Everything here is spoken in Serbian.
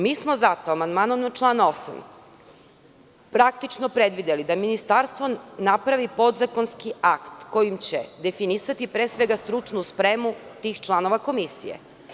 Mi smo zato amandmanom na član 8. praktično predvideli da ministarstvo napravi podzakonski akt kojim će definisati pre svega stručnu spremu tih članova komisije.